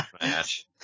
match